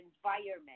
environment